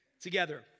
together